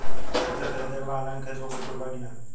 Thresher खरीदे के बा ऑनलाइन खरीद पर कुछ छूट बा कि न?